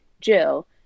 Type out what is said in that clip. Jill